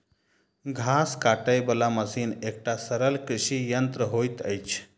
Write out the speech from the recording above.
घास काटय बला मशीन एकटा सरल कृषि यंत्र होइत अछि